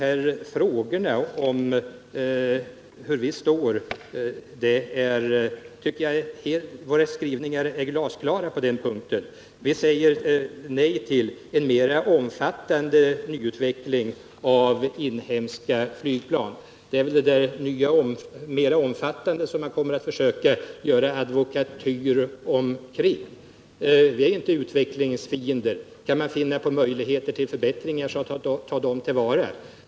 När det gäller frågorna om var vi står på den här punkten, måste jag säga att vår skrivning är glasklar: Vi säger nej till en mer omfattande nyutveckling av inhemska flygplan. Jag förmodar att det är kring orden ”mer omfattande” som man kommer att försöka göra advokatyrer. Vi är inte fiender till utveckling. Om man kan finna på möjligheter till förbättringar skall vi ta dem till vara.